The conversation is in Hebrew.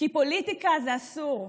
כי פוליטיקה זה אסור.